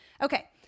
Okay